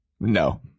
No